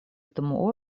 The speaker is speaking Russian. этому